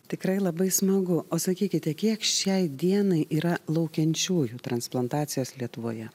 tikrai labai smagu o sakykite kiek šiai dienai yra laukiančiųjų transplantacijos lietuvoje